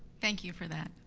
thank you for that.